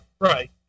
Right